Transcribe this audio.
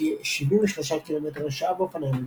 וכ-73 קמ"ש באופניים רגילים.